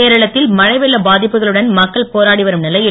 கேரளத்தில் மழை வெள்ள பாதிப்புகளுடன் மக்கள் போராடி வரும் நிலையில்